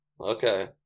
Okay